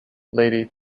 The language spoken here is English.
lady